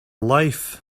life